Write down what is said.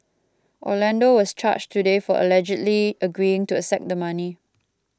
Orlando was charged today for allegedly agreeing to accept the money